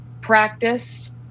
practice